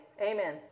amen